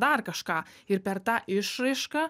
dar kažką ir per tą išraišką